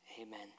amen